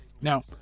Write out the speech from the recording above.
Now